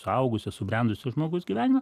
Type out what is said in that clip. suaugusio subrendusio žmogaus gyvenimą